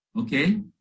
Okay